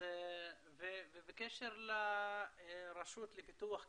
ובקשר לרשות לפיתוח כלכלי,